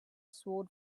sword